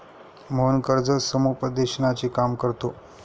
मोहन कर्ज समुपदेशनाचे काम करतो